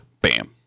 Bam